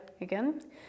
again